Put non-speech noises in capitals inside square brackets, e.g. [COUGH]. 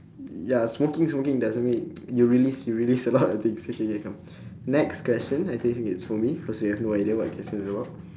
ya smoking smoking doesn't mean [NOISE] you release you release a [LAUGHS] lot of things okay K come [BREATH] next question I think it's for me cause we have no idea what the question is about